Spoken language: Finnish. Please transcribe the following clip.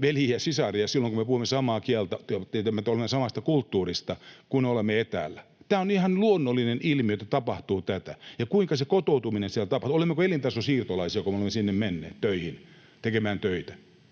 veljiä ja sisaria silloin, kun me puhumme samaa kieltä, tiedämme, että olemme samasta kulttuurista, kun olemme etäällä. Tämä on ihan luonnollinen ilmiö, että tapahtuu tätä. Ja kuinka se kotoutuminen siellä tapahtuu? Olemmeko elintasosiirtolaisia, kun me olemme sinne menneet töihin, tekemään töitä?